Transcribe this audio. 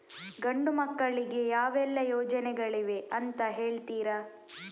ಗಂಡು ಮಕ್ಕಳಿಗೆ ಯಾವೆಲ್ಲಾ ಯೋಜನೆಗಳಿವೆ ಅಂತ ಹೇಳ್ತೀರಾ?